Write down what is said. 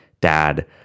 dad